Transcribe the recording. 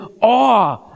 awe